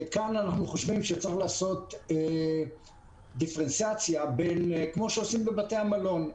וכאן אנחנו חושבים שצריך לעשות דיפרנציאציה כמו שעושים בבתי המלון.